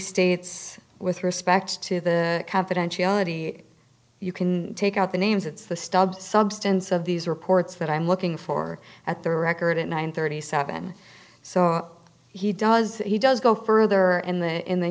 states with respect to the confidentiality you can take out the names it's the stubs substance of these reports that i'm looking for at the record at nine thirty seven so he does he does go further in the in the